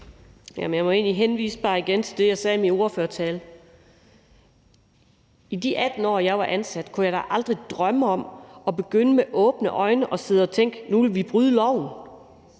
jeg må bare igen henvise til det, jeg sagde i min ordførertale. I de 18 år, jeg var ansat i en kommune, kunne jeg da aldrig drømme om med åbne øjne at sidde og tænke: Nu vil vi bryde loven.